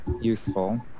useful